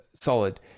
solid